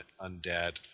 undead